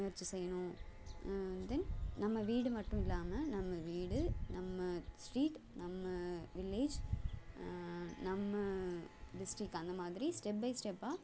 முயற்சி செய்யணும் and then நம்ம வீடு மட்டும் இல்லாமல் நம்ம வீடு நம்ம ஸ்ட்ரீட் நம்ம வில்லேஜ் நம்ம டிஸ்ட்ரிக் அந்த மாதிரி ஸ்டெப் பை ஸ்டெப்பாக